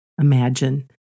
imagine